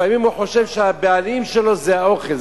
לפעמים הוא חושב שהבעלים שלו זה האוכל,